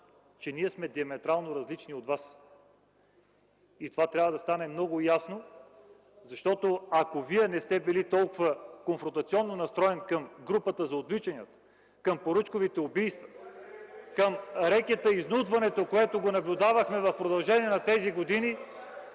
че ние сме диаметрално различни от вас. И това трябва да стане много ясно, защото ако Вие не сте били толкова конфронтационно настроен към Групата за отвличанията, към поръчковите убийства (реплики от КБ), към рекета и изнудването, което го наблюдавахме в продължение на тези години,